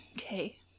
Okay